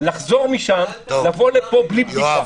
לחזור משם, לבוא לפה בלי בדיקה.